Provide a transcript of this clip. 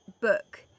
book